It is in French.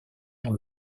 dans